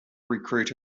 recruit